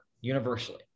universally